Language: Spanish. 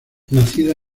nacida